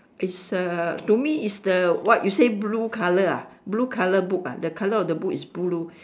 is uh to me is the what you say blue colour ah blue colour book ah the colour of the book is blue